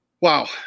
Wow